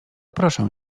proszę